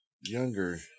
younger